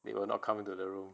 they will not come into the room